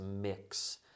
mix